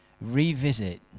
revisit